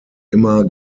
immer